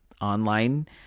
online